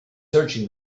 searching